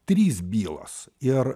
trys bylos ir